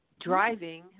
driving